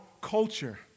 culture